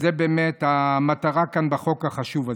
וזו באמת המטרה כאן בחוק החשוב הזה.